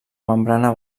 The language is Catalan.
membrana